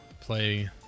play